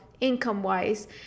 income-wise